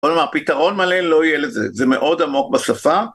בא נאמר, פתרון מלא לא יהיה לזה, זה מאוד עמוק בשפה.